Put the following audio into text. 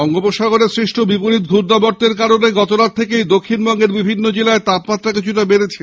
বঙ্গোপসাগরে সৃষ্ট বিপরীত ঘূর্ণাবর্তের কারণে দক্ষিণবঙ্গের বিভিন্ন জেলায় তাপমাত্রা কিছুটা বেড়েছে